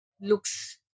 looks